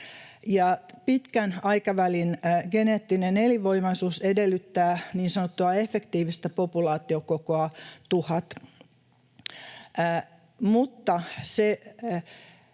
Pitkän aikavälin geneettinen elinvoimaisuus edellyttää niin sanottua efektiivistä populaatiokokoa 1